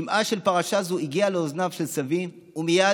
שמעה של פרשה זו הגיע לאוזניו של סבי ומייד,